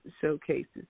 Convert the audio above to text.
showcases